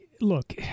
Look